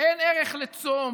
אין ערך לצום